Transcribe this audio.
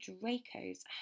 Draco's